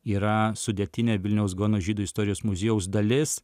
yra sudėtinė vilniaus gaono žydų istorijos muziejaus dalis